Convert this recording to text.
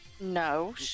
No